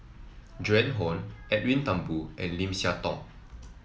Joan Hon Edwin Thumboo and Lim Siah Tong